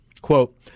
Quote